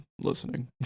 listening